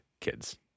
kids